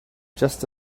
just